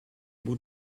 moet